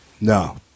No